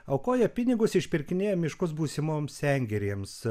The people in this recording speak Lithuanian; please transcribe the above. aukoja pinigus išpirkinėja miškus būsimoms sengirėms